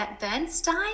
Bernstein